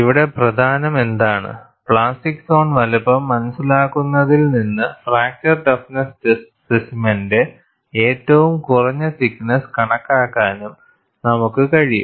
ഇവിടെ പ്രധാനം എന്താണ് പ്ലാസ്റ്റിക് സോൺ വലുപ്പം മനസ്സിലാക്കുന്നതിൽ നിന്ന് ഫ്രാക്ചർ ടഫ്നെസ് ടെസ്റ്റ് സ്പെസിമെന്റെ ഏറ്റവും കുറഞ്ഞ തിക്ക് നെസ്സ് കണക്കാക്കാനും നമുക്ക് കഴിയും